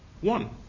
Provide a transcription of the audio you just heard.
one